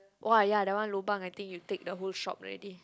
!wah! ya that one lobang I think you take the whole shop already